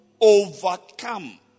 overcome